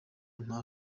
nta